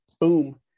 boom